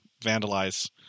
vandalize